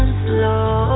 slow